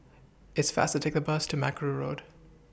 It's faster to Take Bus to Mackerrow Road